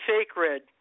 sacred